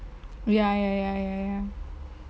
ya ya ya ya ya